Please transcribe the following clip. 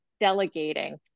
delegating